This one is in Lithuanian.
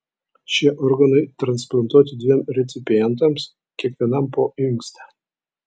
šie organai transplantuoti dviem recipientams kiekvienam po inkstą